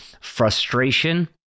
frustration